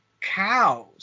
cows